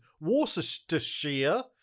Worcestershire